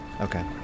Okay